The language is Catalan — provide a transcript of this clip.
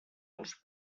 als